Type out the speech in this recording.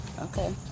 Okay